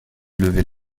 lever